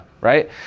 right